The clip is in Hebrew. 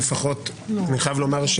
חייב לומר,